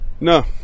No